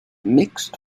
mixed